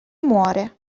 muore